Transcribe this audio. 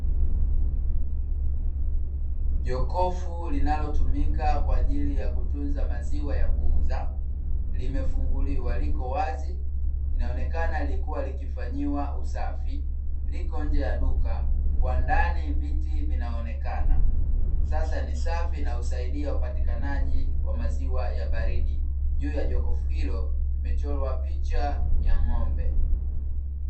Jokofu linalotumika kwa ajili ya kutunza maziwa ya kuuza limefunguliwa liko wazi, inaonekana lilikuwa likifanyiwa usafi, liko nje ya duka, kwa ndani viti vinaonekana. Sasa ni safi na husaidia upatikanaji wa maziwa ya baridi. Juu ya jokofu hilo imechorwa picha ya ng'ombe